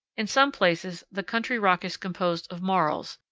in some places the country rock is composed of marls,